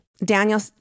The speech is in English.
Daniel